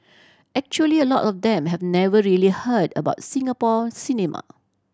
actually a lot of them have never really heard about Singapore cinema